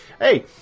Hey